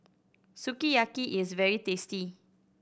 sukiyaki is very tasty